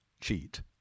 cheat